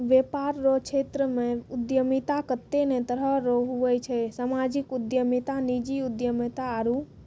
वेपार रो क्षेत्रमे उद्यमिता कत्ते ने तरह रो हुवै छै सामाजिक उद्यमिता नीजी उद्यमिता आरु